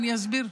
אני אסביר.